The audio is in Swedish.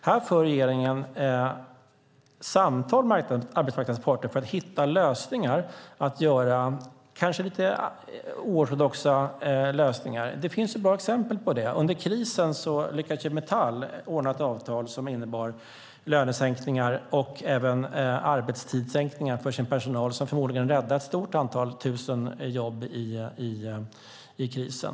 Här för regeringen samtal med arbetsmarknadens parter för att hitta kanske lite oortodoxa lösningar. Det finns bra exempel på detta - under krisen lyckades Metall ordna ett avtal som innebar lönesänkningar och även arbetstidssänkningar för sin personal, vilket förmodligen räddade ett stort antal tusen jobb i krisen.